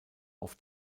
auf